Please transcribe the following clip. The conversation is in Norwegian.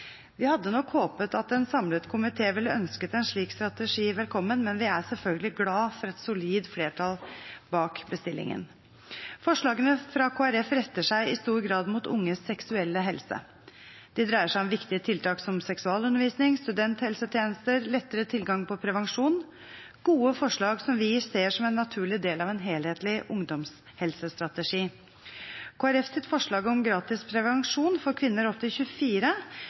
Vi hadde nok håpet at en samlet komité ville ønsket en slik strategi velkommen, men vi er selvfølgelig glad for et solid flertall bak bestillingen. Forslagene fra Kristelig Folkeparti retter seg i stor grad mot unges seksuelle helse. De dreier seg om viktige tiltak som seksualundervisning, studenthelsetjenester og lettere tilgang på prevensjon – gode forslag som vi ser som en naturlig del av en helhetlig ungdomshelsestrategi. Kristelig Folkepartis forslag om gratis prevensjon for kvinner opp til 24